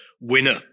winner